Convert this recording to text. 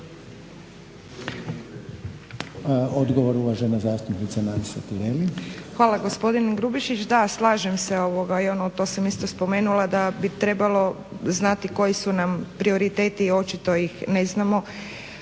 Hvala gospodine Grubišić. Da, slažem se i to sam isto spomenula da bi trebalo znati koji su nam prioriteti, očito ih ne znamo.